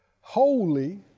holy